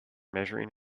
measuring